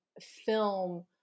film